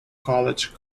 college